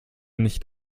nicht